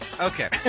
Okay